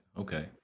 okay